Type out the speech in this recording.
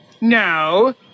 No